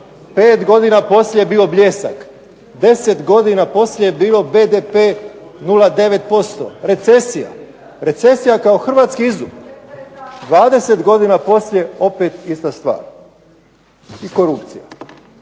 5 godina poslije je bio Bljesak, 10 godina poslije je bio BDP 0,9%. Recesija kao hrvatski izum, 20 godina poslije opet ista stvar i korupcija.